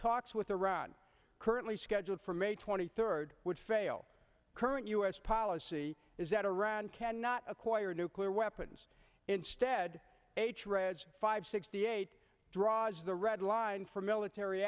talks with iran currently scheduled for may twenty third would fail current u s policy is that iran cannot acquire nuclear weapons instead h read five sixty eight draws the red line for military